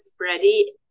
ready